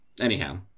anyhow